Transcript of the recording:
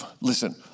Listen